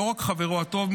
לא רק חברו הטוב,